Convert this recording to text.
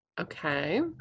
Okay